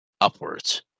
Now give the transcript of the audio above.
upwards